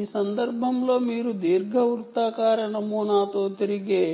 ఈ సందర్భంలో మీరు ఎలిప్టికల్ నమూనాతో తిరిగే